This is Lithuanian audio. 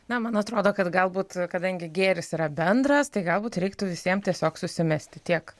na man atrodo kad galbūt kadangi gėris yra bendras tai galbūt reiktų visiem tiesiog susimesti tiek